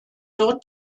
dort